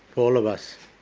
all of us.